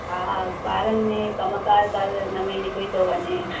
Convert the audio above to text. हा ॿारनि में कमकार कर हिनमें निकिरी थो वञे